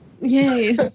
Yay